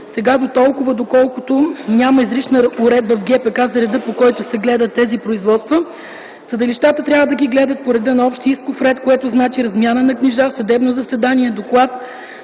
Сега дотолкова доколкото няма изрична уредба в ГПК за реда, по който се гледат тези производства, съдилищата трябва да ги гледат по реда на общия исков процес, което значи размяна на книжа, съдебно заседание, доклад,